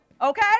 Okay